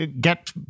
Get